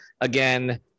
again